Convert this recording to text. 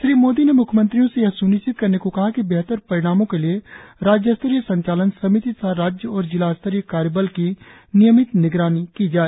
श्री मोदी ने म्ख्यमंत्रियों से यह स्निश्चित करने को कहा कि बेहतर परिणामों के लिए राज्य स्तरीय संचालन समिति तथा राज्य और जिला स्तरीय कार्यबल की नियमित निगरानी की जाए